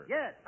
Yes